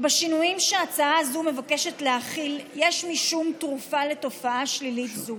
בשינויים שההצעה הזו מבקשת להחיל יש משום תרופה לתופעה שלילית זו.